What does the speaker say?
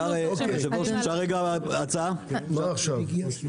מה הנוסח שמצביעים עליו?